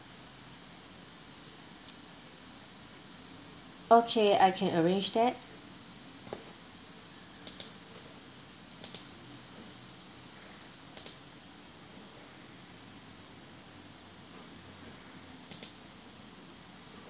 okay I can arrange that